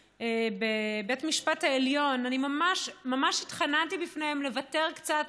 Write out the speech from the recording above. בבית המשפט העליון אני ממש התחננתי בפניהם לוותר קצת,